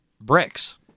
bricks